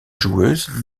joueuse